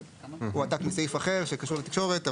העותק מסעיף אחר שקשור לתקשורת,